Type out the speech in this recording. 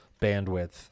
bandwidth